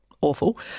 awful